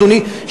אדוני,